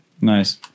Nice